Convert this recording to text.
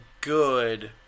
good